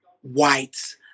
white